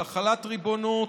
על החלת ריבונות,